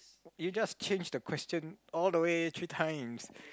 you just change the question all the way three times